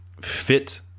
fit